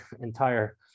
entire